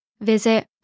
Visit